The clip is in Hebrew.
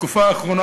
בתקופה האחרונה,